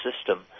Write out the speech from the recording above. system